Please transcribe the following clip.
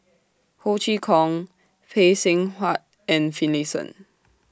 Ho Chee Kong Phay Seng Whatt and Finlayson